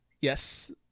Yes